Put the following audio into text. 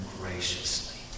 graciously